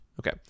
okay